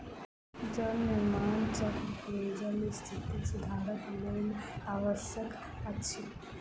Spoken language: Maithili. जल निर्माण चक्र पेयजलक स्थिति सुधारक लेल आवश्यक अछि